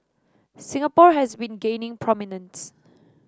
Singapore has been gaining prominence